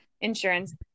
insurance